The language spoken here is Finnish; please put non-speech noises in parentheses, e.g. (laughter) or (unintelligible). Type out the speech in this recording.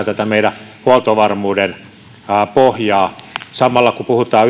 (unintelligible) tätä meidän huoltovarmuuden pohjaa samalla kun puhutaan (unintelligible)